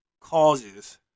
causes